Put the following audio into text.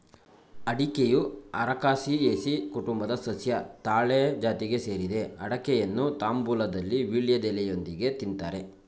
ಅಡಿಕೆಯು ಅರಕಾಸಿಯೆಸಿ ಕುಟುಂಬದ ಸಸ್ಯ ತಾಳೆ ಜಾತಿಗೆ ಸೇರಿದೆ ಅಡಿಕೆಯನ್ನು ತಾಂಬೂಲದಲ್ಲಿ ವೀಳ್ಯದೆಲೆಯೊಂದಿಗೆ ತಿನ್ತಾರೆ